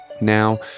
Now